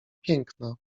piękna